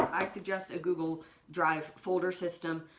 i suggest a google drive folder system,